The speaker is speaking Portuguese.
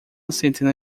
centena